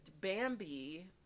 Bambi